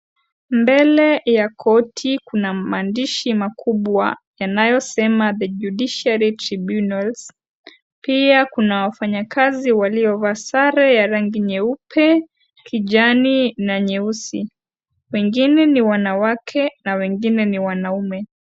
Mbele ya koti kuna maandishi makubwa yanayosema THE JUDICIARY TRIBUNALS . Pia kuna wafanyakazi waliovaa sare ya rangi nyeupe, kijani na nyeusi. Wengine ni wanawake na wengine ni wanaume.